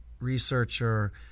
researcher